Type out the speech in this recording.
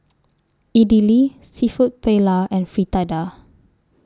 Idili Seafood Paella and Fritada